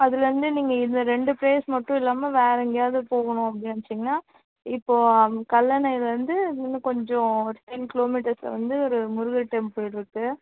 அதுலேருந்து நீங்கள் இந்த ரெண்டு பிளேஸ் மட்டும் இல்லாமல் வேறு எங்கேயாவது போகணும் அப்படி நெனைச்சீங்கன்னா இப்போது கல்லணையில் இருந்து இன்னும் கொஞ்சம் டென் கிலோமீட்டர்ஸில் வந்து ஒரு முருகர் டெம்பிள் இருக்குது